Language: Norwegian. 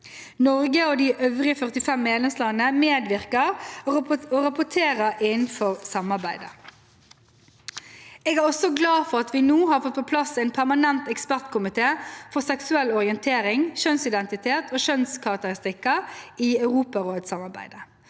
Norge og de øvrige 45 medlemslandene medvirker og rapporterer innenfor samarbeidet. Jeg er også glad for at vi nå har fått på plass en permanent ekspertkomité for seksuell orientering, kjønnsidentitet og kjønnskarakteristikker i europarådssamarbeidet.